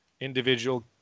individual